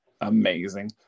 amazing